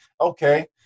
okay